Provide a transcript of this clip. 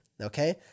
Okay